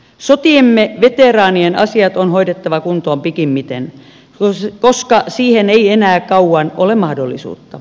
sotiemme veteraanien asiat on hoidettava kuntoon pikimmiten koska siihen ei enää kauan ole mahdollisuutta